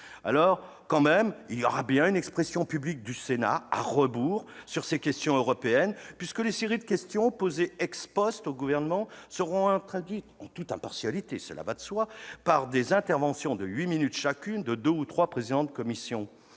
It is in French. aura tout de même bien une expression publique du Sénat à rebours sur ces questions européennes, puisque les séries de questions posées au Gouvernement seront introduites- en toute impartialité, cela va de soi -par des interventions de huit minutes chacune de deux ou trois présidents de commission,